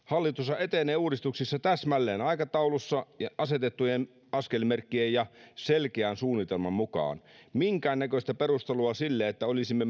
hallitushan etenee uudistuksissa täsmälleen aikataulussa ja asetettujen askelmerkkien ja selkeän suunnitelman mukaan ei ole minkäännäköistä perustelua sille että olisimme